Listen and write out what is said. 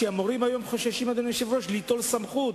זה שהמורים היום חוששים ליטול סמכות,